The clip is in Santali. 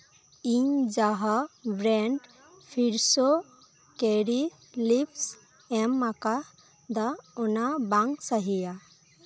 ᱤᱧ ᱡᱟᱸᱦᱟ ᱵᱨᱮᱱᱰ ᱯᱷᱨᱮᱥᱳ ᱠᱟᱨᱤ ᱞᱤᱵᱷᱚᱥ ᱮᱢ ᱟᱠᱟᱫᱟ ᱚᱱᱟ ᱵᱟᱝ ᱥᱟᱹᱦᱤᱭᱟ